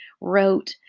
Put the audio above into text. wrote